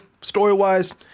story-wise